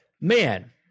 man